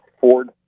Ford